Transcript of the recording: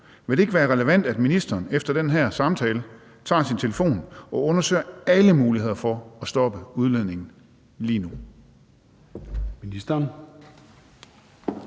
Vil det ikke være relevant, at ministeren efter den her samtale tager sin telefon og undersøger alle muligheder for at stoppe udledningen lige nu?